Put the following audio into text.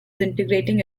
integrating